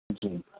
جی